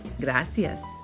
gracias